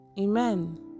Amen